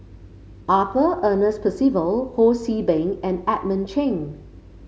Arthur Ernest Percival Ho See Beng and Edmund Cheng